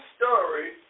story